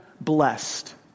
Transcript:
blessed